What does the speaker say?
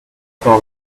temps